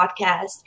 Podcast